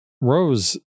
Rose